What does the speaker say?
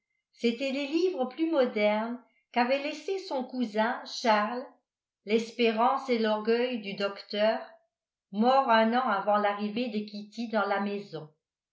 c'étaient les livres plus modernes qu'avait laissés son cousin charles lespérance et l'orgueil du docteur mort un an avant l'arrivée de kitty dans la maison